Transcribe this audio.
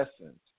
essence